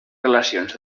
relacions